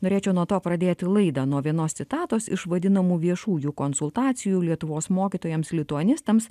norėčiau nuo to pradėti laidą nuo vienos citatos iš vadinamų viešųjų konsultacijų lietuvos mokytojams lituanistams